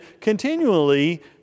continually